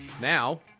Now